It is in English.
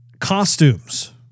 Costumes